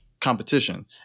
competition